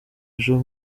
ejo